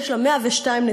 יש לה 102 נציגויות,